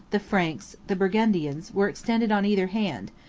the franks, the burgundians, were extended on either hand,